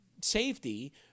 safety